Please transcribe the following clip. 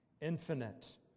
Infinite